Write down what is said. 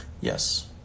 yes